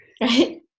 right